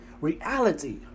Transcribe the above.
reality